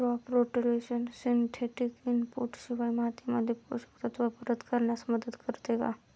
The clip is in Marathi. क्रॉप रोटेशन सिंथेटिक इनपुट शिवाय मातीमध्ये पोषक तत्त्व परत करण्यास मदत करते का?